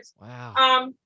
Wow